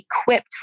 equipped